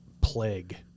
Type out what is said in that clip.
plague